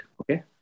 Okay